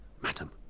madam